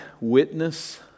witness